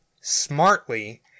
Smartly